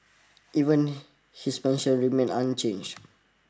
even his methods remain unchanged